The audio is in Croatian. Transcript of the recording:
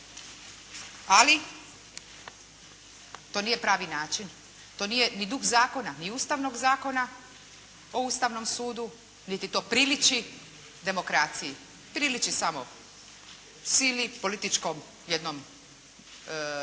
Ali to nije pravi način, to nije niti duh zakona, ni Ustavnog zakona o Ustavnom sudu, niti to priliči demokraciji, priliči samo sili, političkom jednom